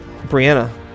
Brianna